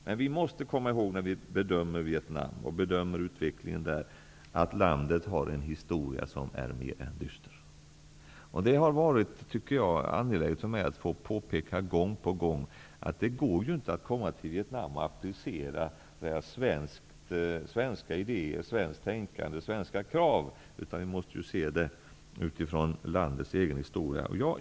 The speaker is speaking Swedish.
Men vi måste komma ihåg när vi bedömer Vietnam och utvecklingen där att landet har en historia som är mer än dyster. Det har varit angeläget för mig att få påpeka, gång på gång, att det inte går att komma till Vietnam och applicera svenska idéer, svenskt tänkande och svenska krav, utan vi måste se förhållandena utifrån landets egen historia.